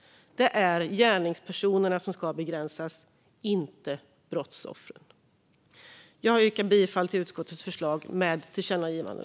Det är gärningspersonen som ska begränsas, inte brottsoffren. Jag yrkar bifall till utskottets förslag med förslagen till tillkännagivanden.